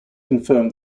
confirm